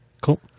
Cool